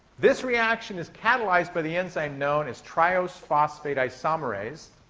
this reaction is catalyzed by the enzyme known as triose phosphate isomerase,